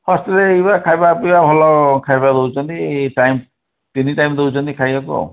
ହଷ୍ଟେଲ୍ରେ ଏଇବା ଖାଇବା ପିଇବା ଭଲ ଖାଇବା ଦେଉଛନ୍ତି ଟାଇମ୍ ତିନି ଟାଇମ୍ ଦେଉଛନ୍ତି ଖାଇବାକୁ ଆଉ